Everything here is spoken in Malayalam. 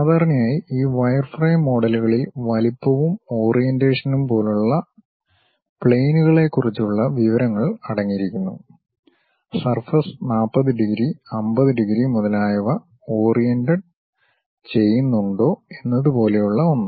സാധാരണയായി ഈ വയർഫ്രെയിം മോഡലുകളിൽ വലുപ്പവും ഓറിയന്റേഷനും പോലുള്ള പ്ലെയിനുകളെകുറിച്ചുള്ള വിവരങ്ങൾ അടങ്ങിയിരിക്കുന്നു സർഫസ് 40 ഡിഗ്രി 50 ഡിഗ്രി മുതലായവ ഓറിയന്റഡ് ചെയ്യുന്നുണ്ടോ എന്നതുപോലെയുള്ള ഒന്ന്